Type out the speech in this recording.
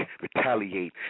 retaliate